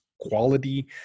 quality